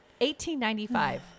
1895